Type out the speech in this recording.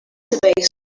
database